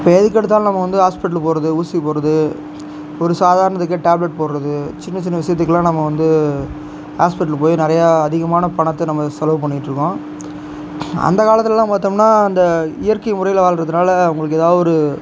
இப்போ எதுக்கெடுத்தாலும் நம்ம வந்து ஹாஸ்பிட்டலுக்கு போகிறது ஊசி போடுறது ஒரு சாதாரணதுக்கே டேப்லெட் போடுறது சின்ன சின்ன விஷயத்துக்கலாம் நம்ம வந்து ஹாஸ்பிட்டலுக்கு போய் நிறையா அதிகமான பணத்தை நம்ம வந்து செலவு பண்ணிக்கிட்டு இருக்கோம் அந்தக்காலத்துலலாம் பார்த்தோம்னா இந்த இயற்கை முறையில் வாழ்ந்ததுனால் உங்களுக்கு எதாவது ஒரு